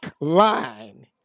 line